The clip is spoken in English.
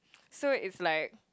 so is like